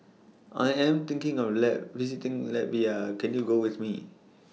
I Am thinking of visiting Latvia Can YOU Go with Me